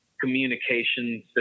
communication